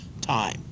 Time